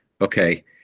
okay